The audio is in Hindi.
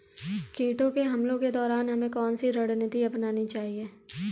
कीटों के हमलों के दौरान हमें कौन सी रणनीति अपनानी चाहिए?